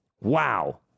Wow